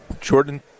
Jordan